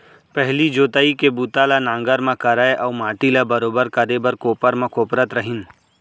पहिली जोतई के बूता ल नांगर म करय अउ माटी ल बरोबर करे बर कोपर म कोपरत रहिन